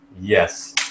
Yes